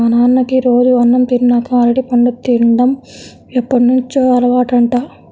మా నాన్నకి రోజూ అన్నం తిన్నాక అరటిపండు తిన్డం ఎప్పటినుంచో అలవాటంట